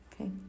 okay